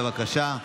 בבקשה.